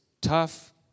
tough